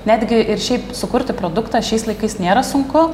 netgi ir šiaip sukurti produktą šiais laikais nėra sunku